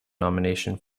nomination